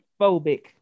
phobic